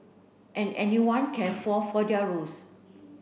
and anyone can fall for their ruse